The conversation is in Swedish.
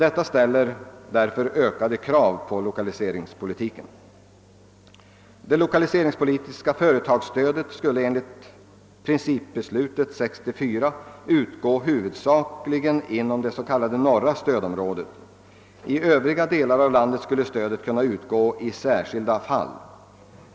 Detta ställer ökade krav på lokaliseringspolitiken. Det lokaliseringspolitiska företagsstödet skulle enligt principbeslutet 1964 i huvudsak utgå inom det s.k. norra stödområdet. I övriga delar av landet skulle stödet kunna utgå i särskilda fall.